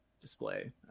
display